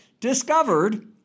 discovered